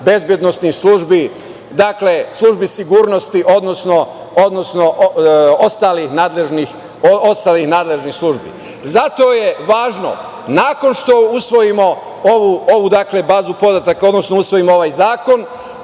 bezbednosnih službi, službi sigurnosti, odnosno ostalih nadležnih službi. Zato je važno, nakon što usvojimo ovu bazu podataka, odnosno usvojimo ovaj zakon,